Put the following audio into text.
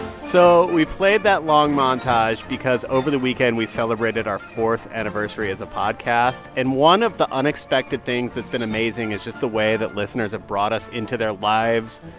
so we played that long montage because over the weekend we celebrated our fourth anniversary as a podcast. and one of the unexpected things that's been amazing is just the way that listeners have brought us into their lives.